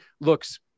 looks